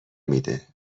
میده